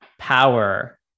power